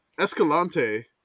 Escalante